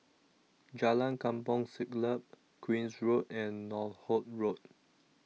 Jalan Kampong Siglap Queen's Road and Northolt Road